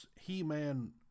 He-Man